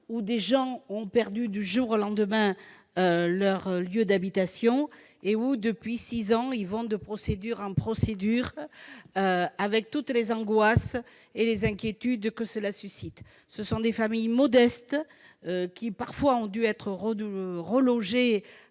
Des gens ont perdu du jour au lendemain leur lieu d'habitation et, depuis six ans, ils vont de procédure en procédure, avec toutes les angoisses et les inquiétudes que cela suscite. Il s'agit de familles modestes qui ont parfois dû être relogées